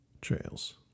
Trails